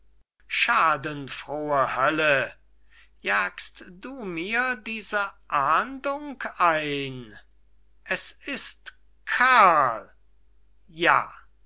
schadenfrohe hölle jagst du mir diese ahnung ein es ist karl ja